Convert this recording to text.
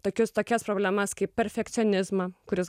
tokius tokias problemas kaip perfekcionizmą kuris